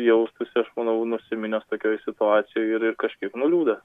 jaustųsi aš manau nusiminęs tokioj situacijoj ir ir kažkiek nuliūdę